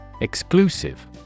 Exclusive